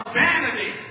vanity